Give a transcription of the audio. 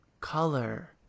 color